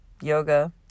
yoga